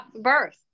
birth